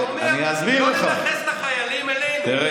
אתה אומר: בוא